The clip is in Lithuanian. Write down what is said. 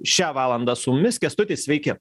šią valandą su mumis kęstuti sveiki